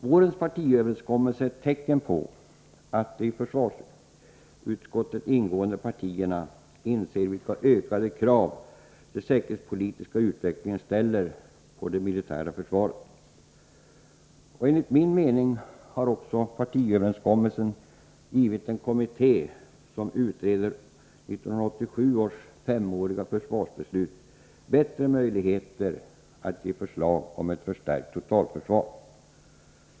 Vårens partiöverenskommelse är ett tecken på att de i försvarsutskottet ingående partierna inser vilka ökade krav den säkerhetspolitiska utvecklingen ställer på det militära försvaret. Enligt min mening har partiöverenskommelsen också givit den kommitté som förbereder 1987 års femåriga försvarsbeslut bättre möjligheter att framlägga förslag om ett förstärkt totalförsvar.